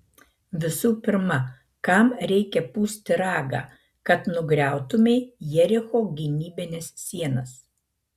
visų pirma kam reikia pūsti ragą kad nugriautumei jericho gynybines sienas